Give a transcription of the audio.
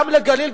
גם לגליל,